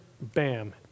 bam